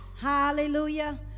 Hallelujah